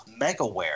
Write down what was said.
Megaware